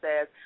says